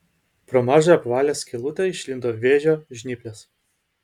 pro mažą apvalią skylutę išlindo vėžio žnyplės